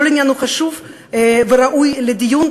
כל עניין הוא חשוב וראוי לדיון,